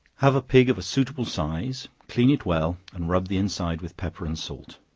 have a pig of a suitable size, clean it well, and rub the inside with pepper and salt.